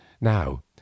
Now